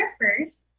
first